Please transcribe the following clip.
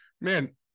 man